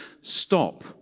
stop